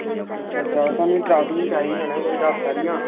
अच्छा अच्छा स्हानू ट्रॉफियां चाही दियां कोई दस्स हारियां